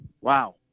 Wow